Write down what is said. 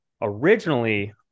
originally